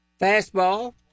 fastball